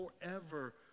forever